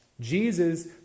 Jesus